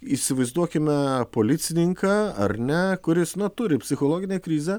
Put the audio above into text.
įsivaizduokime policininką ar ne kuris na turi psichologinę krizę